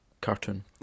cartoon